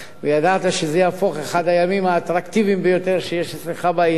וידעת שזה יהפוך לאחד הימים האטרקטיביים ביותר שיש אצלך בעיר.